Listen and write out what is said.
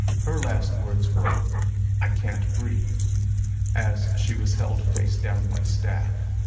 her last words were i can't breathe as she was held face down by staff.